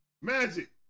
Magic